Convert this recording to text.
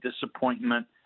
disappointment